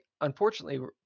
unfortunately